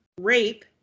rape